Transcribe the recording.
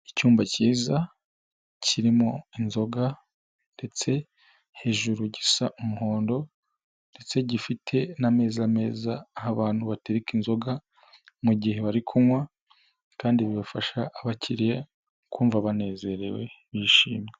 Icyumba cyiza kirimo inzoga ndetse hejuru gisa umuhondo ndetse gifite n'ameza meza, aho abantu batekareka inzoga mugihe bari kunywa kandi bigafasha abakiriya kumva banezerewe bishimye.